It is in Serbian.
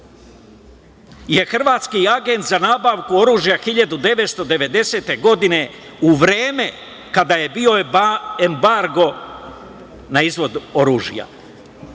je hrvatski agent za nabavku oružja 1990. godine u vreme kada je bio embargo na izvoz oružja.